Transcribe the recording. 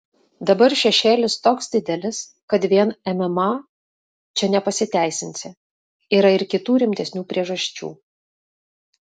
dabar šešėlis toks didelis kad vien mma čia nepasiteisinsi yra ir kitų rimtesnių priežasčių